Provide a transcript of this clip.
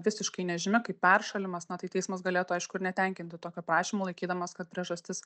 visiškai nežinia kaip peršalimas na tai teismas galėtų aišku ir netenkinti tokio prašymo laikydamas kad priežastis